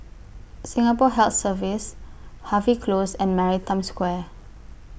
Singapore Health Services Harvey Close and Maritime Square